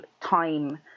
time